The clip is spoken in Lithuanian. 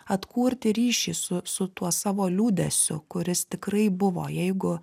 atkurti ryšį su su tuo savo liūdesiu kuris tikrai buvo jeigu